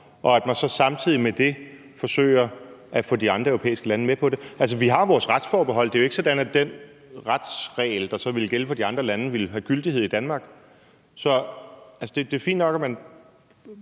og at man så samtidig med det forsøger at få de andre europæiske lande med på det? Altså, vi har jo vores retsforbehold. Det er jo ikke sådan, at den retsregel, der så ville gælde for de andre lande, ville have gyldighed i Danmark. Så det er fint nok, at man